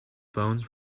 bones